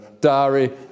diary